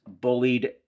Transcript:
bullied